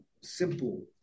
simple